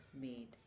made